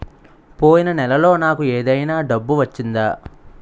పోయిన నెలలో నాకు ఏదైనా డబ్బు వచ్చిందా?